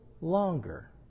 longer